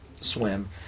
swim